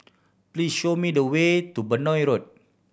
please show me the way to Benoi Road